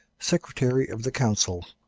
secretary of the council.